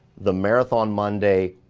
the marathon monday